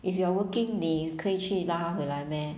if you are working 你可以去拉回来 meh